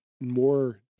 more